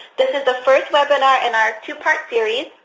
this is the first webinar in our two-part series,